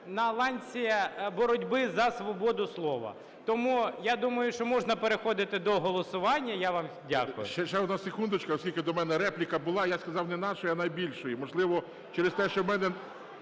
на ланці боротьби за свободу слова. Тому я думаю, що можна переходити до голосування. Я вам дякую.